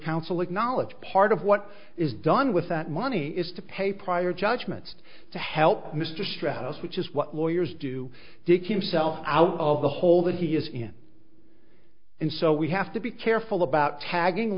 counsel acknowledge part of what is done with that money is to pay prior judgments to help mr strauss which is what lawyers do dig himself out of the hole that he is in and so we have to be careful about tagging